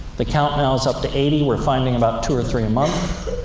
the count now is up to eighty we're finding about two or three a month.